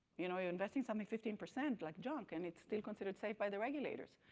you know you invest in something fifteen percent like junk, and it's still considered safe by the regulators.